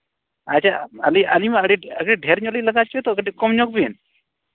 ᱟᱪᱪᱷᱟ ᱟᱹᱞᱤᱧ ᱟᱹᱞᱤᱧᱢᱟ ᱟᱹᱰᱤ ᱰᱷᱮᱨ ᱧᱚᱜ ᱞᱤᱧ ᱞᱟᱜᱟᱣ ᱦᱚᱪᱚᱭ ᱫᱚ ᱠᱟᱹᱴᱤᱡ ᱠᱚᱢ ᱧᱚᱜ ᱵᱤᱱ